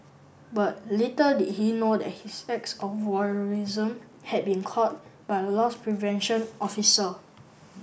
but little did he know that his acts of voyeurism had been caught by a loss prevention officer